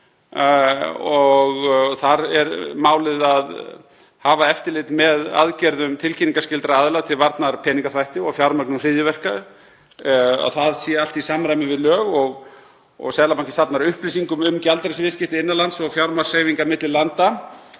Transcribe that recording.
Þar er málið að hafa eftirlit með aðgerðum tilkynningarskyldra aðila til varnar peningaþvætti og fjármögnun hryðjuverka, að það sé allt í samræmi við lög. Seðlabanki safnar upplýsingum um gjaldeyrisviðskipti innan lands og fjármagnshreyfingar milli landa.